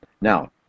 Now